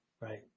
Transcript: right